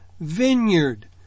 vineyard